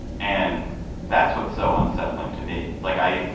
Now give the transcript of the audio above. and that's what's so unsettling to me. it's like i,